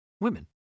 women